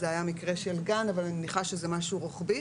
זה היה מקרה של גן, אבל אני מניחה שזה משהו רוחבי.